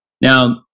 Now